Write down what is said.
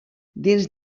dins